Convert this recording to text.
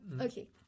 Okay